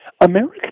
America